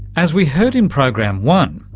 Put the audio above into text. as we heard in program one,